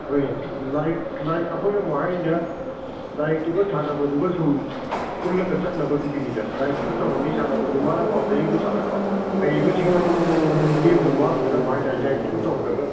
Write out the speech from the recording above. ꯍꯣꯏꯅꯦ ꯂꯥꯏꯔꯤꯛ ꯂꯥꯏꯔꯤꯛ ꯑꯩꯈꯣꯏꯅ ꯑꯃꯨꯛ ꯍꯥꯏꯔꯤꯅ ꯂꯥꯏꯔꯤꯛꯇꯨꯒ ꯁꯥꯟꯅꯕꯗꯨꯒ ꯁꯨꯝ ꯄꯨꯜꯂꯒ ꯆꯠꯅꯕꯗꯨꯒꯤꯅꯤꯗ ꯂꯥꯏꯔꯤꯛꯇꯨꯁꯨ ꯇꯧꯍꯟꯅꯤ ꯁꯥꯟꯅꯕꯗꯨꯁꯨ ꯃꯍꯥꯛꯅ ꯄꯥꯝꯖꯔꯤꯕ ꯁꯥꯟꯅꯕ ꯍꯩꯔꯤꯕꯁꯤꯡꯗꯣ ꯑꯗꯨ ꯂꯦꯝꯅ ꯃꯥꯡꯗꯅꯕ ꯍꯥꯏꯇꯥꯔꯦ ꯂꯥꯏꯔꯤꯛꯇꯨꯁꯨ ꯇꯧꯍꯜꯂꯒ